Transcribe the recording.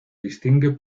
distingue